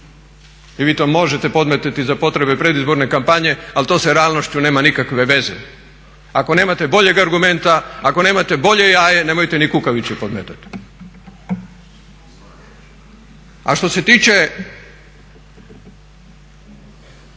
Vi to možete podmetnuti za potrebe predizborne kampanje ali to sa realnošću nema nikakve veze. Ako nemate boljeg argumenta, ako nemate bolje jaje nemojte ni kukavičje podmetati. A što se tiče